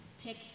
pick